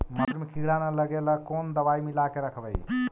मसुरी मे किड़ा न लगे ल कोन दवाई मिला के रखबई?